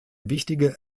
wichtige